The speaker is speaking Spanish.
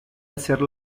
hacer